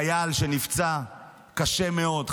חייל שנפצע קשה מאוד,